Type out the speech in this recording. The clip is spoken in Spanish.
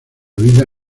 vida